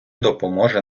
допоможе